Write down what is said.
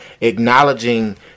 acknowledging